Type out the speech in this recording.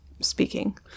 speaking